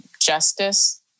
justice